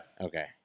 okay